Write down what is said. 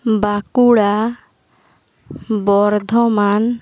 Bankura Bardhaman